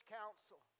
council